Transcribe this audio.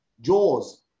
jaws